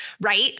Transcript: right